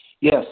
Yes